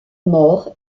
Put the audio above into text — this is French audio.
mort